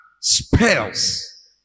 spells